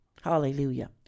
Hallelujah